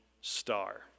star